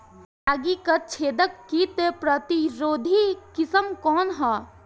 रागी क छेदक किट प्रतिरोधी किस्म कौन ह?